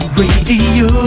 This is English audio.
radio